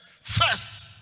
first